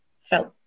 felt